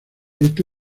esta